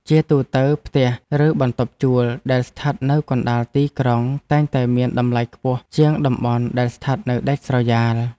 ជាទូទៅ ផ្ទះ ឬបន្ទប់ជួលដែលស្ថិតនៅកណ្តាលទីក្រុងតែងតែមានតម្លៃខ្ពស់ជាងតំបន់ដែលស្ថិតនៅដាច់ស្រយាល។